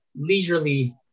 leisurely